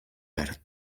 verd